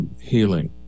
healing